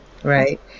Right